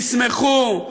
תשמחו,